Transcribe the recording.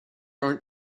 aren’t